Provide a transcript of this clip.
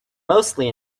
mostly